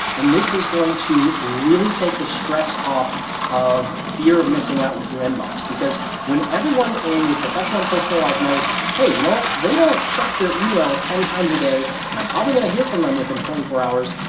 and this is going to really take the stress off of fear of missing out with your inbox. because when everyone in your professional, personal life knows, hey, you know what? they don't check their email ten times a day. and i'm probably going to hear from them within twenty four hours.